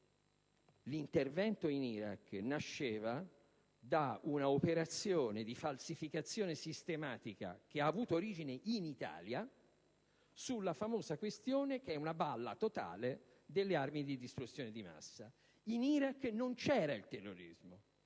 L'intervento in Iraq nasceva da una operazione di falsificazione sistematica che ha avuto origine in Italia sulla famosa questione - che è una "balla" totale - delle armi di distruzione di massa. In Iraq non c'era il terrorismo: